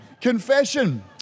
Confession